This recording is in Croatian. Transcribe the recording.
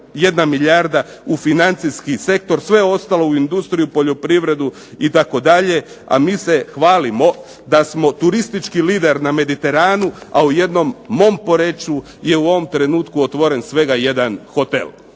1,1 milijarda u financijski sektor, sve ostalo u industriju, poljoprivredu itd. A mi se hvalimo da smo turistički lider na Mediteranu, a u jednom mom Poreču je u ovom trenutku otvoren svega jedan hotel.